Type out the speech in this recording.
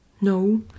No